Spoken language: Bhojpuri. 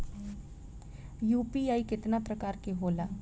यू.पी.आई केतना प्रकार के होला?